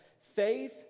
faith